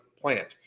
plant